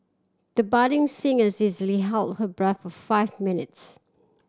the budding singer is easily held her breath for five minutes